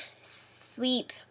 sleep